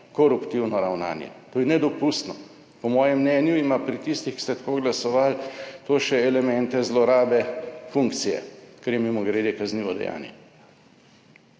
koruptivno ravnanje. To je nedopustno. Po mojem mnenju ima pri tistih, ki ste tako glasovali, to še elemente zlorabe funkcije, kar je mimogrede kaznivo dejanje.